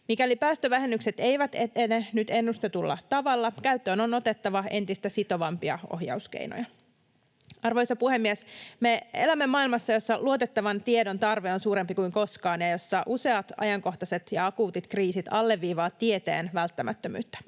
Mikäli päästövähennykset eivät etene nyt ennustetulla tavalla, käyttöön on otettava entistä sitovampia ohjauskeinoja. Arvoisa puhemies! Me elämme maailmassa, jossa luotettavan tiedon tarve on suurempi kuin koskaan ja jossa useat ajankohtaiset ja akuutit kriisit alleviivaavat tieteen välttämättömyyttä.